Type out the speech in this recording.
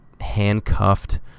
handcuffed